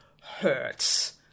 hurts